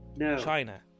China